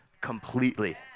completely